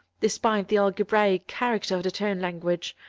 despite the algebraic character of the tone-language,